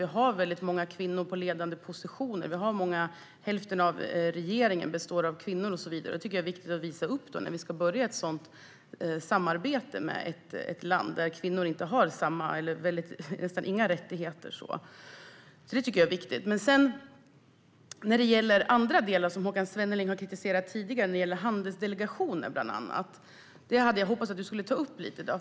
Vi har väldigt många kvinnor i ledande positioner - hälften av regeringen består av kvinnor och så vidare. Det tycker jag är viktigt att visa upp när vi ska påbörja ett samarbete med ett land där kvinnor nästan inte har några rättigheter. Håkan Svenneling har tidigare kritiserat andra delar, bland annat när det gäller handelsdelegationer. Jag hade hoppats att han lite grann skulle ta upp det i dag.